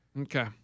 okay